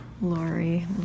Lori